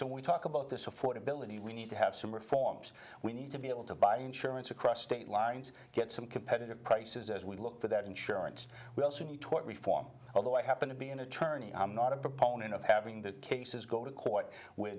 so we talk about this affordability we need to have some reforms we need to be able to buy insurance across state lines get some competitive prices as we look for that insurance we also need to reform although i happen to be an attorney i'm not a proponent of having the cases go to court w